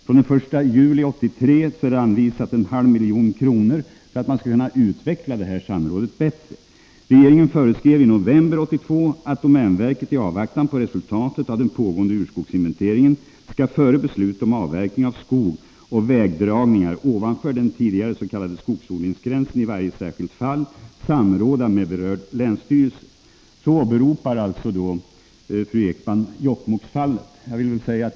Från den 1 juli 1983 har det anvisats en halv miljon kronor för att man skall kunna utveckla detta samråd bättre. Regeringen föreskrev i november 1982 att domänverket, i avvaktan på resultatet av den pågående urskogsinventeringen, före beslutet om avverkning av skog och vägdragningar ovanför den tidigare s.k. skogsodlingsgränsen i varje särskilt fall skall samråda med berörd länsstyrelse. Fru Ekman åberopar Jokkmokksfallet.